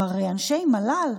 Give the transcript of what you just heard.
כלומר אנשי מל"ל,